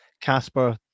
casper